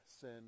sin